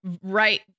right